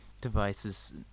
devices